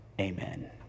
amen